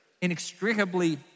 inextricably